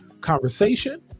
conversation